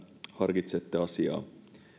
harkitsette asiaa